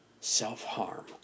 self-harm